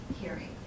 hearing